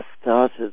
started